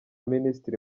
minisitiri